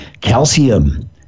Calcium